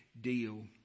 deal